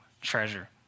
treasure